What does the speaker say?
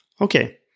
Okay